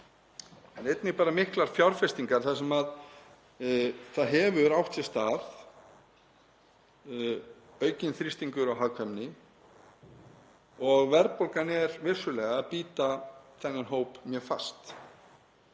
en einnig bara miklar fjárfestingar þar sem það hefur verið aukinn þrýstingur um hagkvæmni og verðbólgan er vissulega bíta þennan hóp mjög fast.